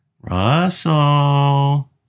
Russell